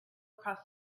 across